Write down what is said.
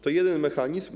To jeden mechanizm.